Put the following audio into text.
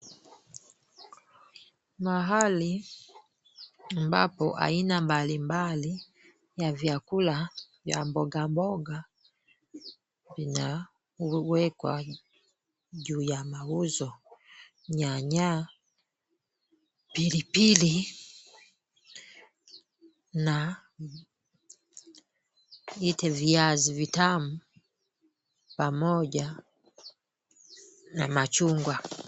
Mahali ambapo aina mbalimbali ya vyakula ya mboga mboga vinawekwa juu ya mauzo. Nyanya, pilipili na niite viatu vitamu pamoja na machungwa.